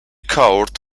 court